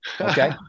okay